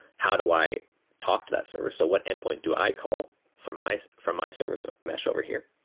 how do i talk to that service? so what endpoint do i call from my from my service mesh over here?